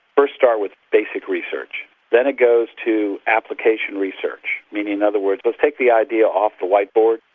first start with basic research, then it goes to application research, meaning in other words let's take the idea off the whiteboard,